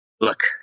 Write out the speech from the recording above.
Look